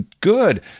good